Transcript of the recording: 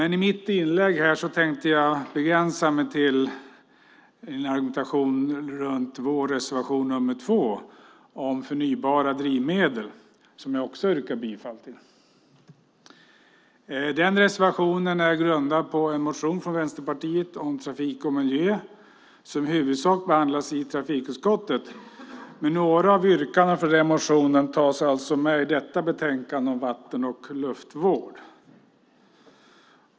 I mitt inlägg tänkte jag begränsa mig till en argumentation runt vår reservation nr 2 om förnybara drivmedel som jag också yrkar bifall till. Den reservationen är grundad på en motion från Vänsterpartiet om trafik och miljö som i huvudsak behandlas i trafikutskottet, men några av yrkandena för den motionen tas alltså med i detta betänkande om vatten och luftvård.